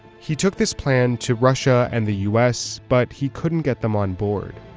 he took this plan to russia and the us but he couldn't get them on board.